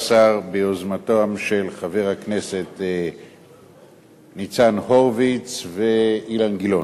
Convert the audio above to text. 13) ביוזמתם של חברי הכנסת ניצן הורוביץ ואילן גילאון.